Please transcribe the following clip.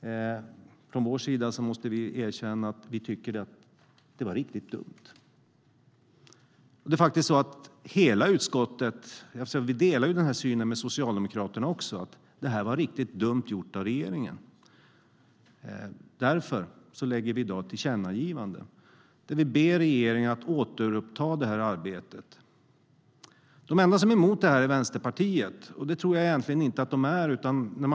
Från vår sida måste vi säga att vi tycker att det var riktigt dumt. Det är faktiskt så att hela utskottet - vi delar den här synen även med Socialdemokraterna - tycker att det här var riktigt dumt gjort av regeringen. Därför lägger vi i dag fram ett tillkännagivande där vi ber regeringen att återuppta det här arbetet.De enda som är emot det här är Vänsterpartiet. Det tror jag inte att de egentligen är.